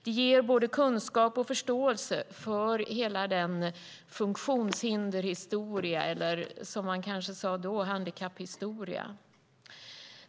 Det ger både kunskap och förståelse för hela vår funktionshindershistoria eller, som man kanske sade då, handikapphistoria.